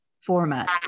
format